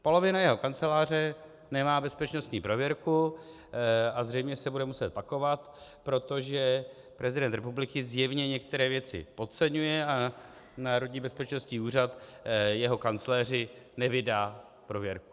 Polovina jeho Kanceláře nemá bezpečnostní prověrku a zřejmě se bude muset pakovat, protože prezident republiky zjevně některé věci podceňuje a Národní bezpečnostní úřad jeho kancléři nevydá prověrku.